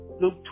Luke